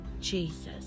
Jesus